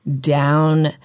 down